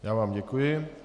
Já vám děkuji.